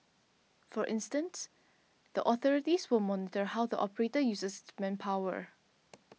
for instance the authorities will monitor how the operator uses its manpower